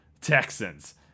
texans